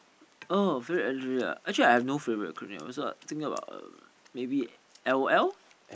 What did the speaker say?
oh favorite ah actually I no favorite acronym also I was thinking about um mayabe L_O_L